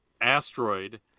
asteroid